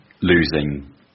losing